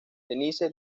denise